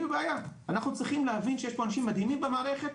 אנחנו צריכים שיש פה אנשים מדהימים במערכת,